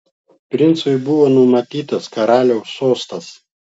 princui buvo numatytas karaliaus sostas